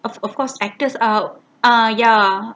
of of course actors out ah ya